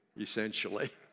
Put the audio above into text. essentially